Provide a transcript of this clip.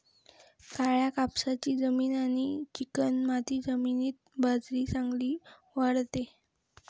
काळ्या कापसाची जमीन आणि चिकणमाती जमिनीत बाजरी चांगली वाढते